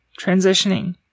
transitioning